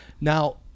Now